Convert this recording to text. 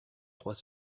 trois